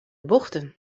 bochten